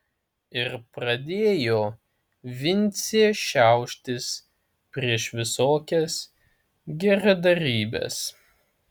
ir pradėjo vincė šiauštis prieš visokias geradarybes